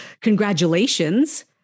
congratulations